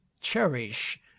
cherish